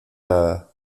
nada